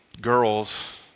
girls